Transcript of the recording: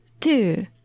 Two